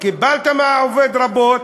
קיבלת מהעובד רבות,